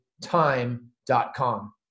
time.com